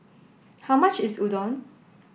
how much is Udon